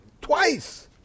Twice